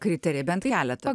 kriterijai bent keletą